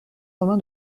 romain